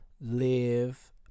live